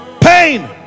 Pain